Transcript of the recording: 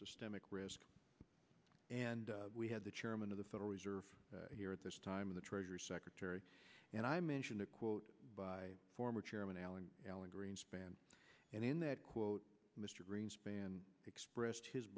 systemic risk and we had the chairman of the federal reserve here at this time of the treasury secretary and i mention a quote by former chairman alan alan greenspan and in that quote mr greenspan expressed his